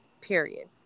period